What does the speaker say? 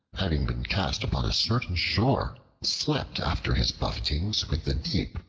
having been cast upon a certain shore, slept after his buffetings with the deep.